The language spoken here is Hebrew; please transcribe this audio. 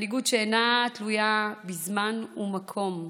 מנהיגות שאינה תלויה בזמן ומקום.